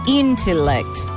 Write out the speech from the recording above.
intellect